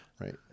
right